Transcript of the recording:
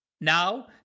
Now